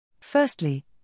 Firstly